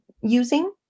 using